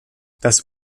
das